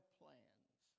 plans